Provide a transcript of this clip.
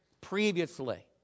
previously